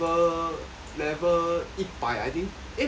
level 一百 I think eh 没有